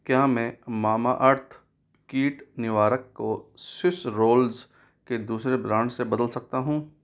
क्या मैं मामाअर्थ कीट निवारक को स्विस रोल्ज़ के दूसरे ब्रांड से बदल सकता हूँ